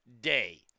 day